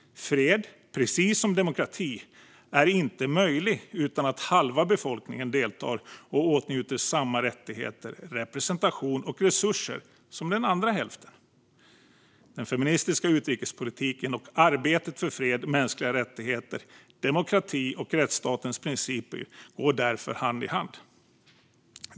Precis som demokrati är fred inte möjlig om halva befolkningen inte deltar och inte åtnjuter samma rättigheter, representation och resurser som den andra hälften. Den feministiska utrikespolitiken och arbetet för fred, mänskliga rättigheter, demokrati och rättsstatens principer går därför hand i hand.